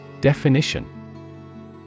Definition